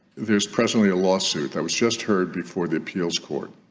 there's presently a lawsuit that was just heard before the appeals court